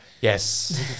Yes